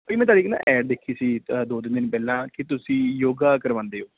ਭਾਅ ਜੀ ਮੈਂ ਤੁਹਾਡੀ ਇੱਕ ਨਾ ਐਡ ਦੇਖੀ ਸੀ ਦੋ ਤਿੰਨ ਦਿਨ ਪਹਿਲਾਂ ਕਿ ਤੁਸੀਂ ਯੋਗਾ ਕਰਵਾਉਂਦੇ ਹੋ